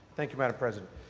thank you madam president.